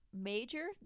Major